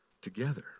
Together